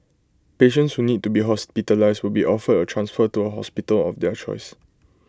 patients who need to be hospitalised will be offered A transfer to A hospital of their choice